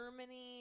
Germany